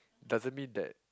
doesn't mean that